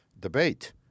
debate